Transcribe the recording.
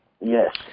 Yes